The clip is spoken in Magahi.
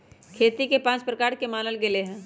खेती के पाँच प्रकार के मानल गैले है